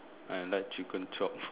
I like chicken chop